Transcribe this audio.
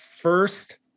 first